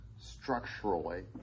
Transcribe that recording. structurally